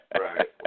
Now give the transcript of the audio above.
Right